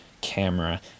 camera